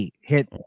hit